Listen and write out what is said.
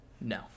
No